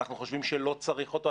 אנחנו חושבים שלא צריך אותו,